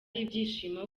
ibyishimo